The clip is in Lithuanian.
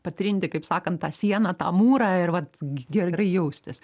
patrinti kaip sakant tą sieną tą mūrą ir vat ge gerai jaustis